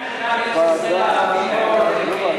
ולעניין מכירת ארץ-ישראל לערבים,